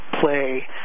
play